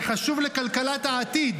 זה חשוב לכלכלת העתיד,